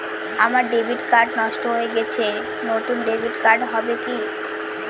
আমার debit card নষ্ট হয়ে গেছে নূতন ডেবিট কার্ড হবে কি?